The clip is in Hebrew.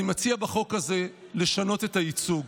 אני מציע בחוק הזה לשנות את הייצוג.